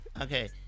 okay